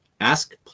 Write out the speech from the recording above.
Ask